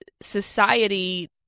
society